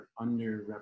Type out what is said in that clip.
underrepresented